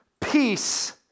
peace